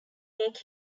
make